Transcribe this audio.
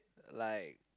like